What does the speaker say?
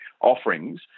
offerings